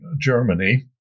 Germany